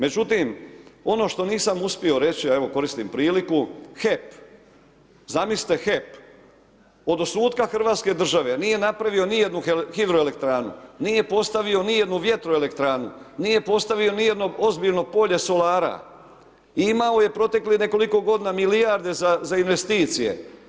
Međutim, ono što nisam uspio reći a evo koristim priliku, HEP, zamislite HEP, od osnutka hrvatske države nije napravio nijednu hidroelektranu, nije postavio nijednu vjetroelektranu, nije postavio nijedno ozbiljno polje solara, imao je proteklih nekoliko godina milijarde za investicije.